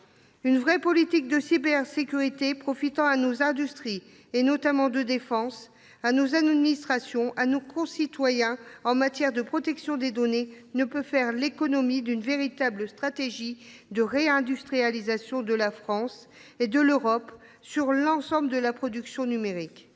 Une véritable politique de cybersécurité profitant à nos industries, notamment de défense, à nos administrations, à nos concitoyens, s’agissant de protection des données, ne peut faire l’économie d’une véritable stratégie de réindustrialisation de la France et de l’Europe sur l’ensemble de la production numérique.